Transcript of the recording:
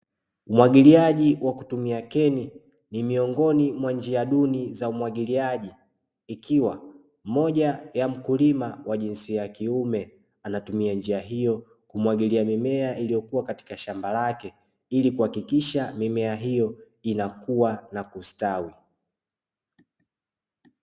Umwagiliaji wa kutumia keni ni miongoni mwa njia duni za umwagiliaji, ikiwa moja ya mkulima wa jinsi ya kiume anatumia njia hiyo kumwagilia mimea iliyokuwa katika shamba lake ili kuhakikisha mimea hiyo inakuwa na kustawi.